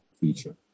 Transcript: feature